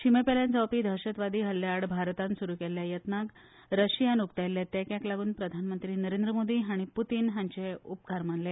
शिमे पलतडच्यान जावपी आतंकवाद हल्ल्या आड भारतान सुरू केल्ल्या यत्नाक रशियान उक्तायिल्ल्या तेंक्याक लागून प्रधानमंत्री नरेंद्र मोदी हांणी पुतीन हांचे उपकार मानले